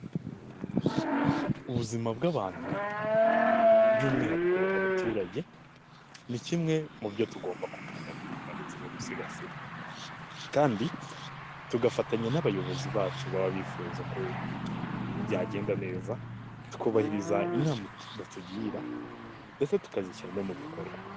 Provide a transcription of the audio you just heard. Ubuzima bw'abantu by'umwihariko abaturage, ni kimwe mu byo tugomba kubungabunga ndetse no gusigasira kandi tugafatanya n'abayobozi bacu baba bifuza ko byagenda neza tukubahiriza inama batugira ndetse tukazishyira no mu bikorwa.